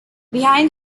behind